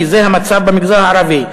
כי זה המצב במגזר הערבי,